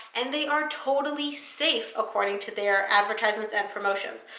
and they are totally safe according to their advertisements and promotions.